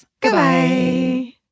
Goodbye